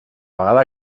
vegada